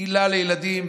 היל"ה לילדים?